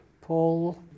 Paul